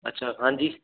ਅੱਛਾ ਹਾਂਜੀ